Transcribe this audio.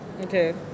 Okay